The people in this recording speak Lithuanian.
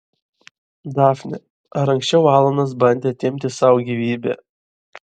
dafne ar anksčiau alanas bandė atimti sau gyvybę